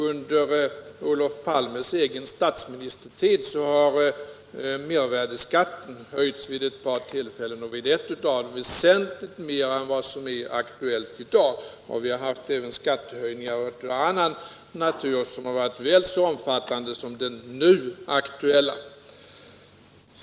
Under Olof Palmes egen statsministertid har mervärdeskatten höjts ett par gånger, ena gången väsentligt mera än vad som är aktuellt i dag. Det har också skett skattehöjningar av annan natur som varit väl så omfattande som den nu aktuella.